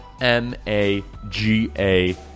M-A-G-A